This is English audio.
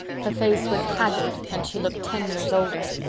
her face was haggard and she looked ten years older.